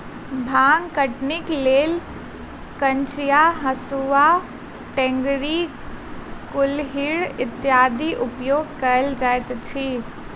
भांग कटनीक लेल कचिया, हाँसू, टेंगारी, कुरिहर इत्यादिक उपयोग कयल जाइत छै